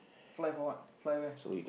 fly for what fly where